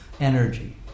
energy